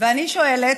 ואני שואלת,